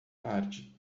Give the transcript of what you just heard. tarde